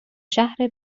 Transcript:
شهر